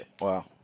Wow